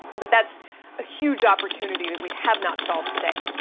but that's a huge opportunity that we have not solved today.